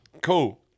cool